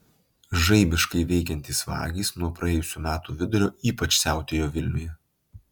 žaibiškai veikiantys vagys nuo praėjusių metų vidurio ypač siautėjo vilniuje